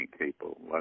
people